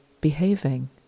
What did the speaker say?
behaving